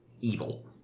evil